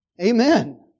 Amen